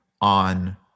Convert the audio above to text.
on